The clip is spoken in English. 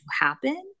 happen